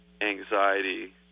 anxiety